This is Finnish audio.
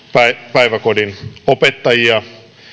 päiväkodin opettajia